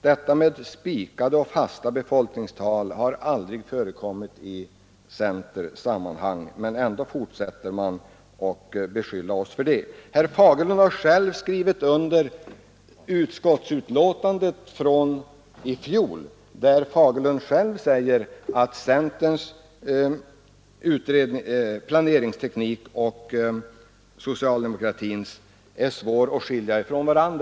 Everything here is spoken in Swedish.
Talet om spikade befolkningstal har aldrig förekommit i centersammanhang. Ändå fortsätter man att beskylla oss för att kräva sådana. Herr Fagerlund har själv skrivit under utskottsbetänkandet från i fjol, där det sägs att centerns planeringsteknik och socialdemokratins är svåra att skilja från varandra.